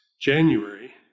January